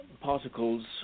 particles